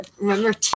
Remember